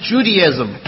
Judaism